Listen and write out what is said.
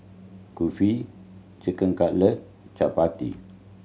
Kulfi Chicken Cutlet Chapati